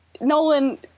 nolan